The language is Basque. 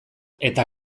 eta